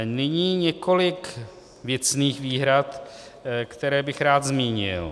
Nyní několik věcných výhrad, které bych rád zmínil.